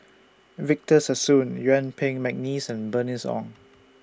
Victor Sassoon Yuen Peng Mcneice and Bernice Ong